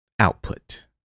Output